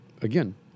again